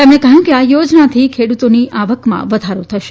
તેમણે કહયું કે આ યોજનાથી ખેડૂતોની આવકામાં વધારો થશે